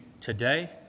today